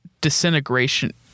disintegration